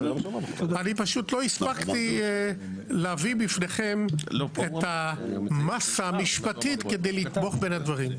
אני פשוט לא הספקתי להביא בפניכם את המסה המשפטית כדי לתמוך בין הדברים,